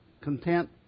content